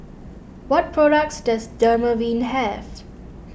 what products does Dermaveen have